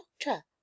doctor